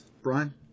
Brian